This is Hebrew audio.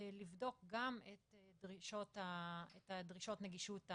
לבדוק גם את דרישות הנגישות המבניות,